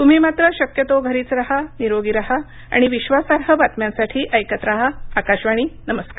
तुम्ही मात्र शक्यतो घरीच रहानिरोगी रहा आणि विश्वासार्ह बातम्यांसाठी ऐकत रहा आकाशवाणी नमस्कार